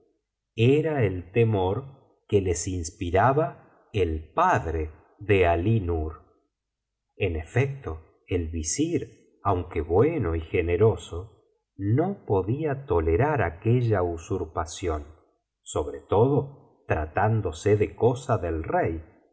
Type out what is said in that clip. era el temor que les inspiraba el padre de alí nur en efecto el visir aunque bueno y generoso no podía tolerar aquella usurpación sobre todo tratándose de cosa del rey